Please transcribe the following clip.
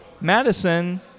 Madison